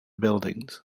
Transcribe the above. buildings